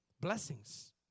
Blessings